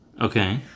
Okay